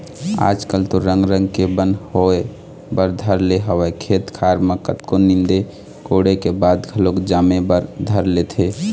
आज कल तो रंग रंग के बन होय बर धर ले हवय खेत खार म कतको नींदे कोड़े के बाद घलोक जामे बर धर लेथे